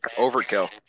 Overkill